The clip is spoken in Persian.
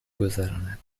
گذراند